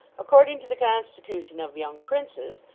according to the constitution of young princes,